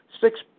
six